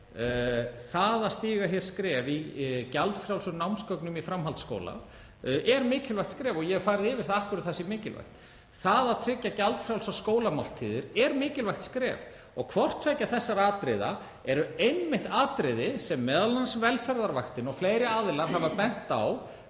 Það að stíga hér skref í gjaldfrjálsum námsgögnum í framhaldsskóla er mikilvægt skref og ég hef farið yfir af hverju það er mikilvægt. Það að tryggja gjaldfrjálsar skólamáltíðir er mikilvægt skref. Hvort tveggja er einmitt atriði sem m.a. velferðarvaktin og fleiri aðilar hafa bent á